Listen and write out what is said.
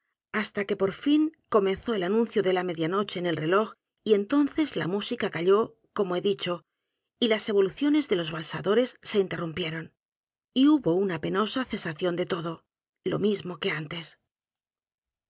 hasta que por fin comenzó el anuncio de la media noche t en el reloj y entonces la música calló como he dicho y las evoluciones de los valsadores se i n t e r r u m p i e r o n y hubo una penosa cesación de todo lo mismo que antes